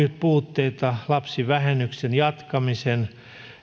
puutteita kuten lapsivähennyksen jatkamisen